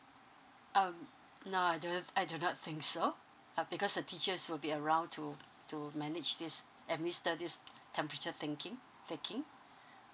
um no I do not I do not think so uh because the teachers will be around to to manage this administer this temperature thinking taking